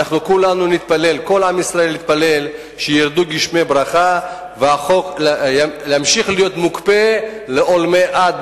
וכל עם ישראל יתפלל שירדו גשמי ברכה והחוק ימשיך להיות מוקפא לעולמי עד,